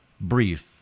brief